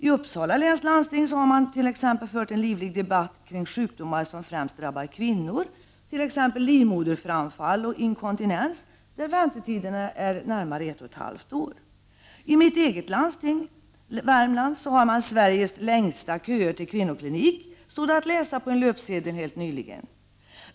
I Uppsala läns landsting har man t.ex. fört en livlig debatt kring sjukdomar som främst drabbar kvinnor, t.ex. livmoderframfall och inkontinens. Här är väntetiderna närmare ett och ett halvt år. I mitt landsting — Värmlands — har man Sveriges längsta köer till kvinnoklinik, stod det att läsa på en löpsedel helt nyligen.